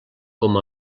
com